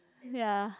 ya